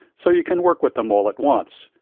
so you can work with them all at once.